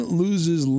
loses